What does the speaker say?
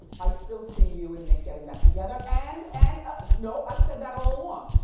i still see you and nick getting back together, and and ah no i've said that all along.